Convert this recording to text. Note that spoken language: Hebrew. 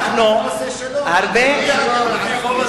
נעשה שלום, בוא נעשה שלום,